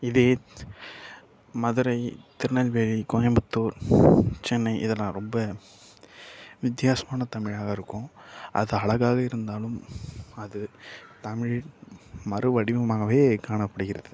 இதே மதுரை திருநெல்வேலி கோயம்புத்தூர் சென்னை இதெல்லாம் ரொம்ப வித்தியாசமான தமிழாக இருக்கும் அது அழகாகவே இருந்தாலும் அது தமிழின் மறுவடிவமாகவே காணப்படுகிறது